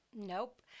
nope